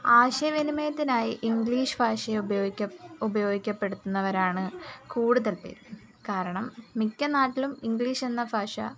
ആശയ വിനിമയത്തിനായി ഇങ്ക്ളീഷ് ഭാഷ ഉപയോഗിക്കും ഉപയോഗപ്പെടുത്തുന്നവരാണ് കൂടുതൽ പേരും കാരണം മിക്ക നാട്ടിലും ഇങ്ക്ളീഷ് എന്ന ഭാഷ